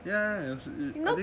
ya ya